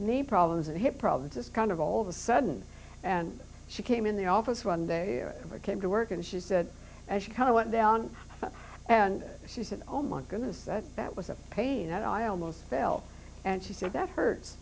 knee problems a hip problem just kind of all the sudden and she came in the office one day it ever came to work and she said and she kind of went down and she said oh my goodness that was a pain that i almost fell and she said that hurts